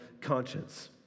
conscience